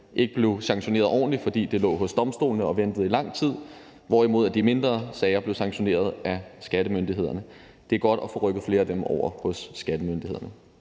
ikke blev sanktioneret ordentligt, fordi de lå hos domstolene og ventede i lang tid, hvorimod de mindre sager blev sanktioneret af skattemyndighederne. Det er godt at få rykket flere af dem over hos skattemyndighederne.